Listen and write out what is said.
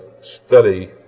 study